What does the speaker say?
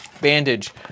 bandage